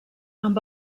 amb